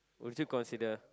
would you consider